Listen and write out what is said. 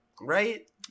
right